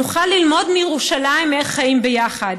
נוכל ללמוד מירושלים איך חיים ביחד.